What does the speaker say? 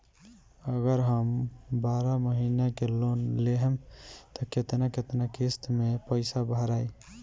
अगर हम बारह महिना के लोन लेहेम त केतना केतना किस्त मे पैसा भराई?